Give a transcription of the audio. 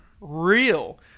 real